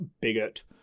bigot